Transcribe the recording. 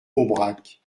aubrac